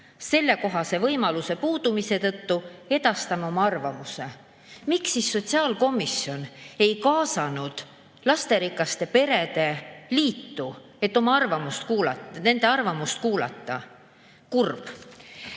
Sellekohase võimaluse puudumise tõttu edastame oma arvamuse." Miks siis sotsiaalkomisjon ei kaasanud Eesti Lasterikaste Perede Liitu, et nende arvamust kuulata? Kurb.